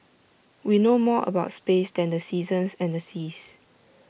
we know more about space than the seasons and the seas